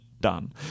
Done